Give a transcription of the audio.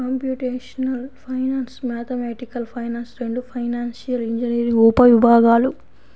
computational finance, mathematical finance రెండూ financial engineering ఉపవిభాగాలు